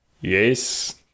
Yes